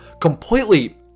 completely